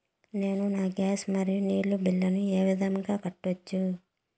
నేను నా గ్యాస్, మరియు నీరు బిల్లులను ఏ విధంగా కట్టొచ్చు?